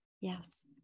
Yes